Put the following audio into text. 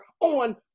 on